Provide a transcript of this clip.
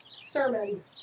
sermon